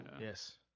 Yes